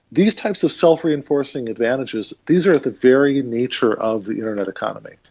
these types of self-reinforcing advantages, these are at the very nature of the internet economy,